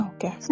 Okay